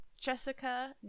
Jessica